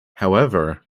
however